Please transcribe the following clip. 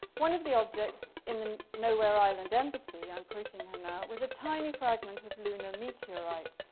one of the objects in the nowhereisland embassy, i'm quoting her now, was a tiny fragment of lunar meteorite.